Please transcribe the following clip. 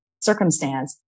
circumstance